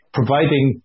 providing